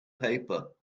paper